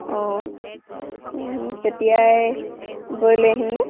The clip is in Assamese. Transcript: অঁ তেতিয়াই গৈ লৈ আহিমগৈ